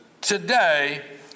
today